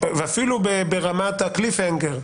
ואפילו ברמת הקליף האנגר,